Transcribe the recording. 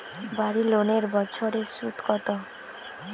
বাড়ি লোনের বছরে সুদ কত?